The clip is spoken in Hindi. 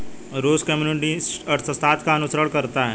रूस कम्युनिस्ट अर्थशास्त्र का अनुसरण करता है